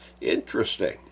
Interesting